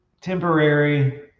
temporary